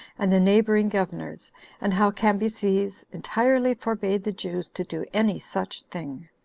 and the neighboring governors and how cambyses entirely forbade the jews to do any such thing.